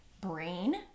brain